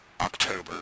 October